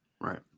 Right